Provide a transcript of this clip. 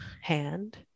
hand